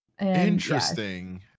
interesting